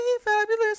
fabulous